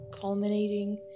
culminating